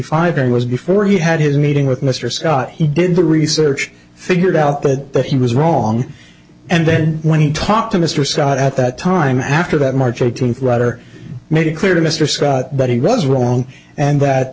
it was before he had his meeting with mr scott he did the research figured out that that he was wrong and then when he talked to mr scott at that time after that march eighteenth ryder made it clear to mr scott but he was wrong and that